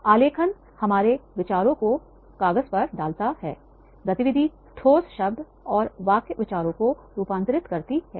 आलेखन हमारे विचारों और विचारों को कागज पर डालता है गतिविधि ठोस शब्द और वाक्य विचारों को रूपांतरित करती है